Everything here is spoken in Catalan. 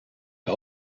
que